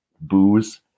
booze